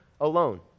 alone